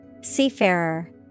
Seafarer